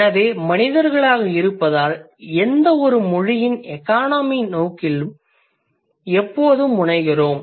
எனவே மனிதர்களாக இருப்பதால் எந்தவொரு மொழியின் எகானமி நோக்கி எப்போதும் முனைகிறோம்